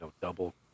double